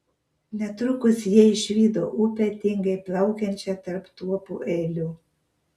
netrukus jie išvydo upę tingiai plaukiančią tarp tuopų eilių